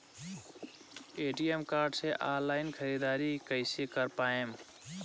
ATM card से online ख़रीदारी कइसे कर पाएम?